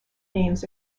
names